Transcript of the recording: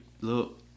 look